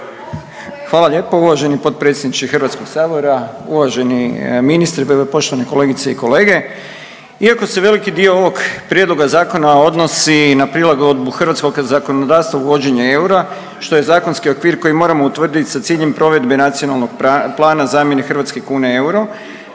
Hvala lijepo uvaženi potpredsjedniče HS, uvaženi ministre, poštovane kolegice i kolege. Iako se veliki dio ovog prijedloga zakona odnosi na prilagodbu hrvatskog zakonodavstva uvođenju eura što je zakonski okvir koji moramo utvrdit sa ciljem provedbe nacionalnog plana zamjene hrvatske kune eurom,